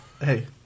Hey